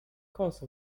course